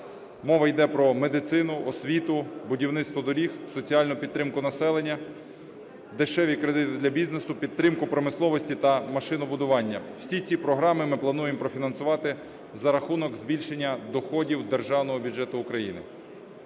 Мова йде про медицину, освіту, будівництво доріг, соціальну підтримку населення, дешеві кредити для бізнесу, підтримку промисловості та машинобудування. Всі ці програми ми плануємо профінансувати за рахунок збільшення доходів державного бюджету України.